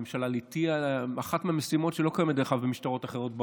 והממשלה הטילה עליה את אחת המשימות שלא קיימת במשטרות אחרות בעולם,